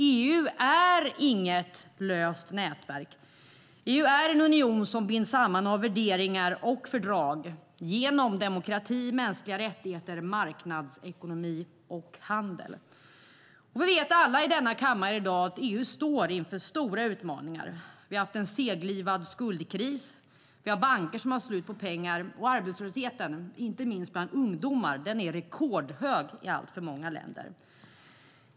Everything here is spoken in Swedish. EU är inget löst nätverk. EU är en union som binds samman av värderingar och fördrag genom demokrati, mänskliga rättigheter, marknadsekonomi och handel. Alla i denna kammare vet i dag att EU står inför stora utmaningar. Vi har haft en seglivad skuldkris, och vi har banker som har slut på pengar. Arbetslösheten, inte minst bland ungdomar, är rekordhög i alltför många länder.